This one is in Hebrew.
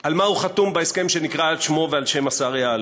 על מה הוא חתום בהסכם שנקרא על שמו ועל שם השר יעלון.